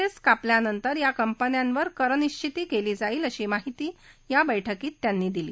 S कापल्यानंतर या कंपन्यावर कर निश्चित कला जाईल अशी माहिती या बैठकीत त्यांनी दिली